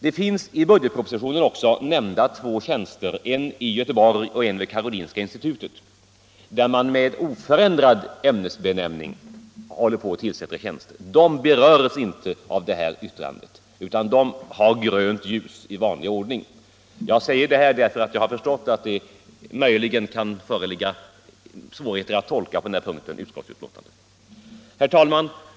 Det har i budgetpropositionen också nämnts två tjänster, en i Göteborg och en vid Karolinska institutet, som man håller på att tillsätta med oförändrad ämnesbenämning. De berörs inte av detta yttrande, utan de har grönt ljus i vanlig ordning. Jag säger detta därför att jag har förstått att det möjligen kan föreligga svårigheter att tolka utskottsbetänkandet på den här punkten. Herr talman!